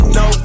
no